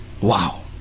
Wow